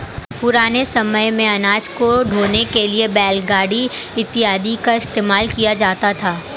पुराने समय मेंअनाज को ढोने के लिए बैलगाड़ी इत्यादि का इस्तेमाल किया जाता था